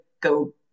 go